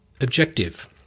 objective